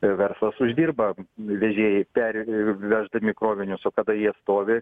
verslas uždirba vežėjai perveždami krovinius o kada jie stovi